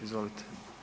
Izvolite.